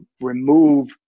remove